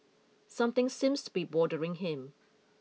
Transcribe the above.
something seems to be bothering him